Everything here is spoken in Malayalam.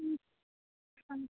ഉം